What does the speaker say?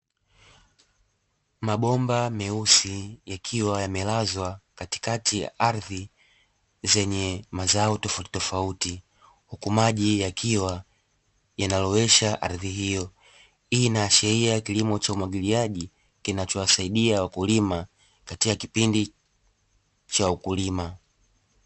Mabomba meusi yakiwa yamelazwa katikati ya ardhi zenye mazao tofauti tofauti, huku maji yakiwa yanalowesha ardhi hiyo. Hii inaasharia kilimo cha umwagiliaji kinachowasaidia wakulima katika kipindi cha ukulima.